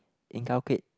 inculcate